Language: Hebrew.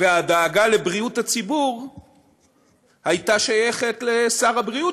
והדאגה לבריאות הציבור הייתה שייכת לשר הבריאות,